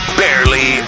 barely